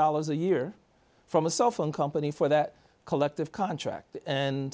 dollars a year from a cell phone company for that collective contract and